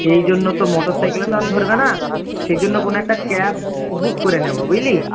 সেই জন্য তো মোটর সাইকেলে তো আর ধরবে না সেই জন্য কোনো একটা ক্যাব বুক করে নেব বুঝলি